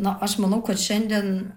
na aš manau kad šiandien